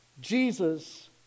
jesus